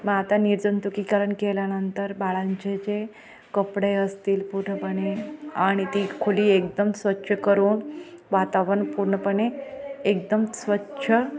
मग आता निर्जंतुकीकरण केल्यानंतर बाळांचे जे कपडे असतील पूर्णपणे आणि ती खुली एकदम स्वच्छ करून वातावरण पूर्णपणे एकदम स्वच्छ